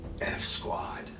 F-Squad